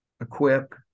equip